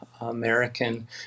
American